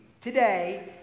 today